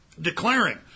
declaring